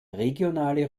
regionale